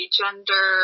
gender